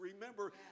Remember